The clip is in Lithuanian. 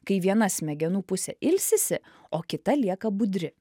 kai viena smegenų pusė ilsisi o kita lieka budri